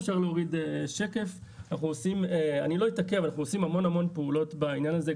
אנחנו עושים המון פעולות בעניין הזה,